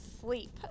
sleep